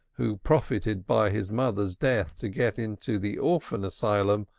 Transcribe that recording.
who profited by his mother's death to get into the orphan asylum,